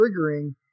triggering